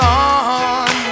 on